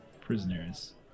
prisoners